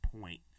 point